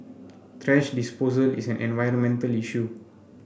thrash disposal is an environmental issue